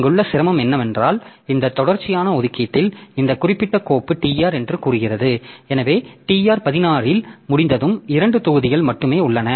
இங்குள்ள சிரமம் என்னவென்றால் இந்த தொடர்ச்சியான ஒதுக்கீட்டில் இந்த குறிப்பிட்ட கோப்பு tr என்று கூறுகிறது எனவே tr 16 இல் முடிந்ததும் இரண்டு தொகுதிகள் மட்டுமே உள்ளன